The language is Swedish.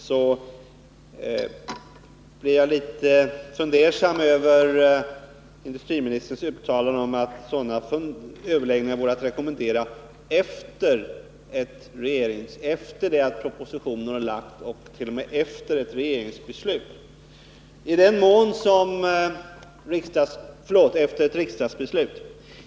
Jag blir litet fundersam över industriministerns uttalande om att sådana överläggningar vore att rekommendera efter det att proposition har lagts fram och t.o.m. efter ett riksdagsbeslut.